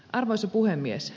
arvoisa puhemies